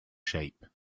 shape